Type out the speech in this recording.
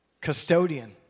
custodian